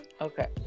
Okay